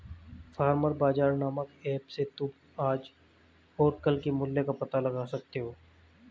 farmer bazaar नामक app से तुम आज और कल के मूल्य का पता लगा सकते हो